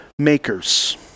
makers